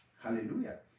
Hallelujah